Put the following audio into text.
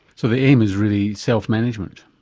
so the aim is really self-management,